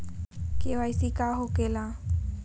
KYC का हो के ला?